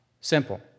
Simple